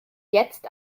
jetzt